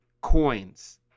coins